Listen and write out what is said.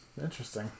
interesting